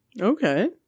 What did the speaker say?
Okay